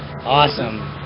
Awesome